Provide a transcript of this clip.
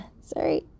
Sorry